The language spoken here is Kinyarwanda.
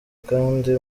kandi